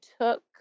took